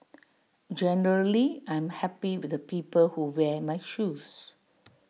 generally I'm happy with the people who wear my shoes